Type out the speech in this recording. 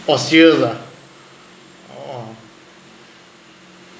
past years ah !whoa!